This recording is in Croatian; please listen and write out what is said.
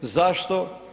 Zašto?